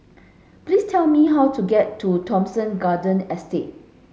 please tell me how to get to Thomson Garden Estate